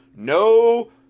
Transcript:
No